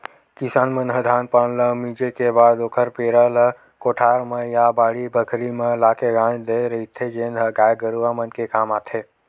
किसान मन ह धान पान ल मिंजे के बाद ओखर पेरा ल कोठार म या बाड़ी बखरी म लाके गांज देय रहिथे जेन ह गाय गरूवा मन के काम आथे